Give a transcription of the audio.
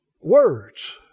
words